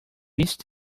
east